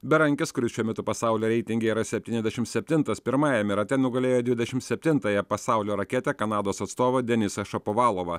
berankis kuris šiuo metu pasaulio reitinge yra septyniasdešim septintas pirmajame rate nugalėjo dvidešimt septintąją pasaulio raketę kanados atstovą denisą šapovalovą